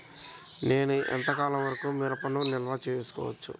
నేను ఎంత కాలం వరకు మిరపను నిల్వ చేసుకోవచ్చు?